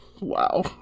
Wow